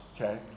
okay